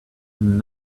and